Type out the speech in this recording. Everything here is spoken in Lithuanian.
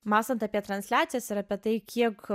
mąstant apie transliacijas ir apie tai kiek